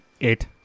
Eight